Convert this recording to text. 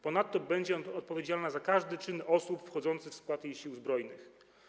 Ponadto będzie odpowiedzialna za każdy czyn osób wchodzących w skład jej sił zbrojnych.